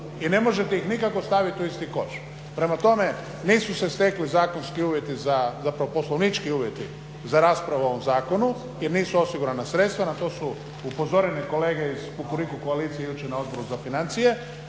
i ne možete ih nikako staviti u isti koš. Prema tome nisu se stekli zakonski uvjeti, zapravo poslovnički uvjeti za raspravu o ovom zakonu jer nisu osigurana sredstva na to su upozorene kolege iz Kukuriku koalicije jučer na Odboru za financije.